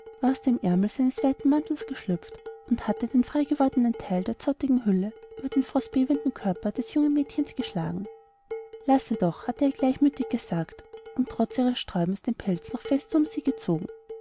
aus dem aermel seines weiten pelzes geschlüpft und hatte den freigewordenen teil der zottigen hülle um den frostbebenden körper des jungen mädchens geschlagen lasse doch hatte er gleichmütig gesagt und trotz ihres sträubens den pelz noch fester um sie gezogen